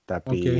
Tapi